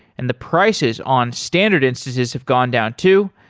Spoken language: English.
and the prices on standard instances have gone down too.